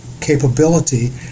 capability